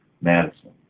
Madison